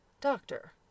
doctor